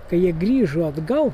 kai jie grįžo atgal